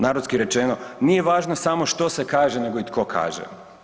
Narodski rečeno nije važno samo što se kaže nego i tko kaže.